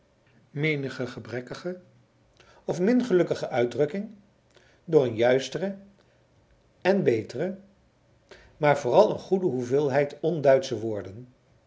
menige gebrekkige of min gelukkige uitdrukking door een juistere en betere maar vooral een goede hoeveelheid onduitsche woorden